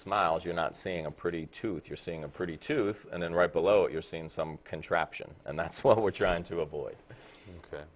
smiles you're not seeing a pretty tooth you're seeing a pretty tooth and then right below you're seen some contraption and that's what we're trying to avoid